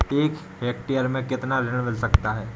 एक हेक्टेयर में कितना ऋण मिल सकता है?